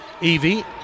Evie